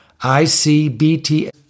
ICBT